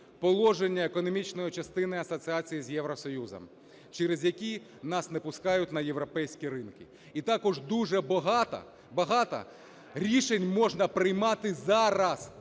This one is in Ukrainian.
положення економічної частини асоціації з Євросоюзом, через які нас не пускають на європейські ринки. І також дуже багато рішень можна приймати зараз